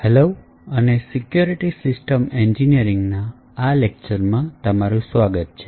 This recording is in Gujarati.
હેલો અને સિક્યોરિટી સિસ્ટમ એન્જિનિયરિંગના આ લેકચર માં તમારું સ્વાગત છે